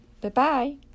Bye-bye